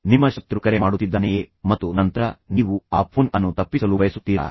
ನಿಮ್ಮ ಶತ್ರು ಕರೆ ಮಾಡುತ್ತಿದ್ದಾನೆಯೇ ಮತ್ತು ನಂತರ ನೀವು ಆ ಫೋನ್ ಅನ್ನು ತಪ್ಪಿಸಲು ಬಯಸುತ್ತೀರಾ